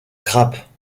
grappes